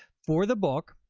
for the book,